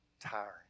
tiring